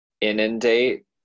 inundate